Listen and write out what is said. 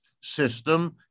system